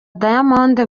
diamond